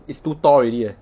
is too tall already eh